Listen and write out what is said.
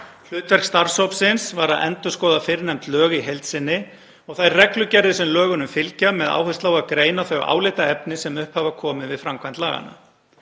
Hlutverk starfshópsins var að endurskoða fyrrnefnd lög í heild sinni og þær reglugerðir sem lögunum fylgja með áherslu á að greina þau álitaefni sem upp hafa komið við framkvæmd laganna.